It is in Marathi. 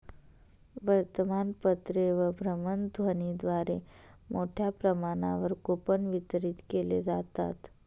वर्तमानपत्रे व भ्रमणध्वनीद्वारे मोठ्या प्रमाणावर कूपन वितरित केले जातात